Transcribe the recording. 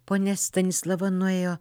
ponia stanislava nuėjo